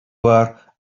were